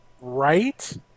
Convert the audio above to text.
right